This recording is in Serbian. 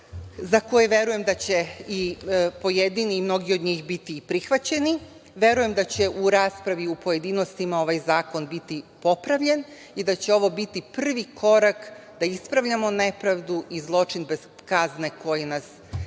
za koje verujem da će pojedini i mnogi od njih biti prihvaćeni. Verujem da će u raspravi u pojedinostima ovaj zakon biti popravljen i da će ovo biti prvi korak da ispravljamo nepravdu i zločin bez kazne koji nas sve